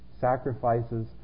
sacrifices